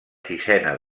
sisena